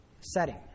setting